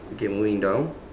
okay moving down